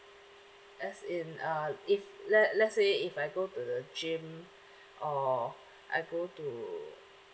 as in uh if le~ let's say if I go to the gym or I go to